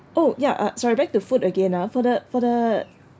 oh ya uh sorry back to food again ah for the for the